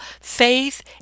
faith